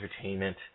entertainment